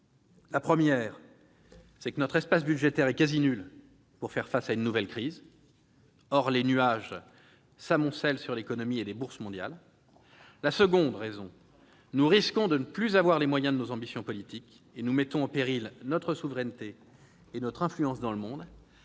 La première est que notre marge de manoeuvre budgétaire est quasi nulle pour faire face à une nouvelle crise ; or les nuages s'amoncellent sur l'économie et sur les bourses mondiales. La deuxième est que nous risquons de ne plus avoir les moyens de nos ambitions politiques, et nous mettons en péril notre souveraineté et notre influence dans le monde.